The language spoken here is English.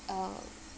uh